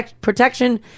protection